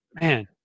Man